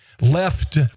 left